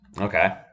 Okay